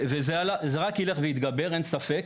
זה רק יילך והתגבר, אין ספק.